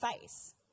face